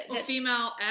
female